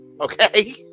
Okay